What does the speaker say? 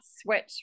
switch